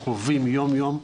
חווים יום יום,